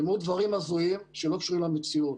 נאמרו דברים הזויים שלא קשורים למציאות.